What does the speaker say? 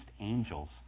angels